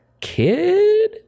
kid